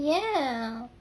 ya